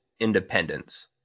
independence